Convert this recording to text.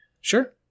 Sure